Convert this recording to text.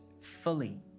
fully